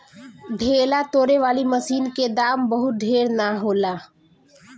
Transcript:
ढेला तोड़े वाली मशीन क दाम बहुत ढेर ना होला